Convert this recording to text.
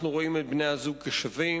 אנחנו רואים את בני-הזוג כשווים.